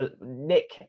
Nick